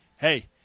hey